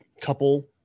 couple